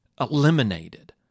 eliminated